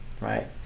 right